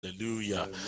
Hallelujah